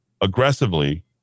aggressively